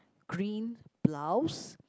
green blouse